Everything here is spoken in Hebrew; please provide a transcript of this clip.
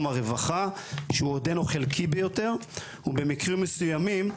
הרווחה שהוא עודנו חלקי ביותר ובמקרים מסוימים,